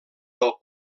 del